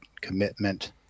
commitment